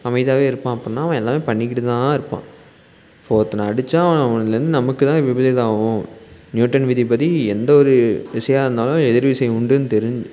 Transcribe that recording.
அமைதியாவே இருப்பான் அப்புடின்னா அவன் எல்லாமே பண்ணிக்கிட்டுதான் இருப்பான் இப்போது ஒருத்தவனை அடிச்சா அவனுலேருந்து நமக்கு தான் விபரீதம் ஆகும் நியூட்டன் விதிப்படி எந்த ஒரு விசையாக இருந்தாலும் எதிர் விசை உண்டுன்னு தெரிஞ்